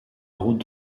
route